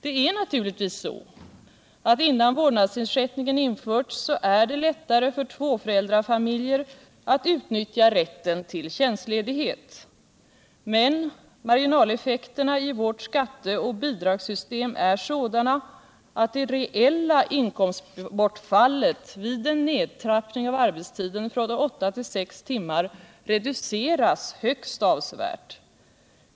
Det är naturligtvis så att innan värdnadsersättningen införts det är lättare för tvåföräldrafamiljer att utnyttja rätten till tjänstledighet. Men marginaletfekterna I vårt skatte och bidragssystem är sådana att det reella inkomstbortfallet vid en nedtrappning av arbetstiden från åtta till sex timmar reduceras höpst avsevärt.